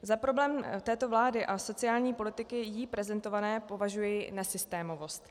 Za problém této vlády a sociální politiky jí prezentované považuji nesystémovost.